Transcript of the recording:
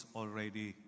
already